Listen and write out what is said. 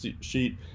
sheet